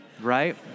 right